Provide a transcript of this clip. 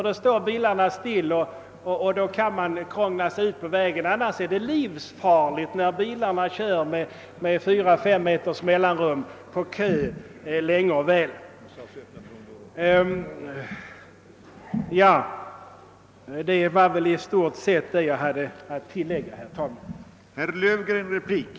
Då står bilarna stilla, och då kan man krångla sig ut på vägen. Annars är det livsfarligt. Då kör bilarna med fyra å fem meters mellanrum i kö länge och väl. Detta var väl i stort sett vad jag hade att tillägga, herr talman.